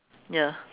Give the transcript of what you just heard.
ya